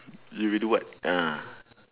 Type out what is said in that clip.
you will do what ah